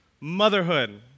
motherhood